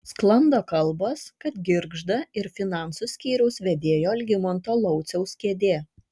sklando kalbos kad girgžda ir finansų skyriaus vedėjo algimanto lauciaus kėdė